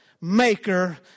maker